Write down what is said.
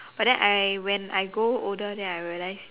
but then I when I grow older then I realize